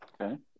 Okay